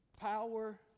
power